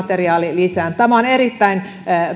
saavat oppimateriaalilisän tämä on erittäin